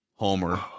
homer